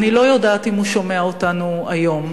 אני לא יודעת אם הוא שומע אותנו היום,